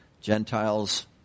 Gentiles